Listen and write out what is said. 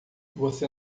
você